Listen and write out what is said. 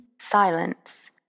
silence